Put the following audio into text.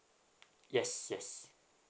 yes yes